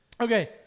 Okay